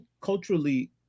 culturally